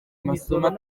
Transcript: amasomo